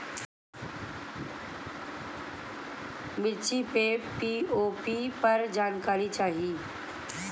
मिर्च मे पी.ओ.पी पर जानकारी चाही?